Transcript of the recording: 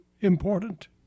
important